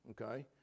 okay